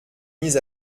mis